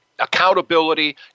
accountability